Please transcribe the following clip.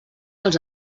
els